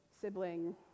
sibling